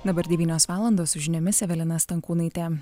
dabar devynios valandos su žiniomis evelina stankūnaitė